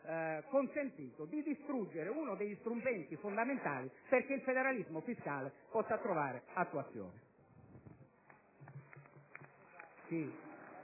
consentito di distruggere uno degli strumenti fondamentali perché esso possa trovare attuazione.